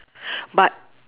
but